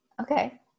Okay